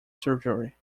surgery